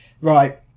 Right